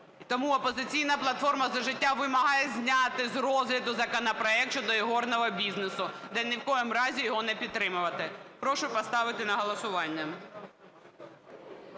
Тому "Опозиційна платформа - За життя" вимагає зняти з розгляду законопроект щодо ігорного бізнесу і ні в якому разі його не підтримувати. Прошу поставити на голосування.